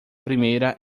primeira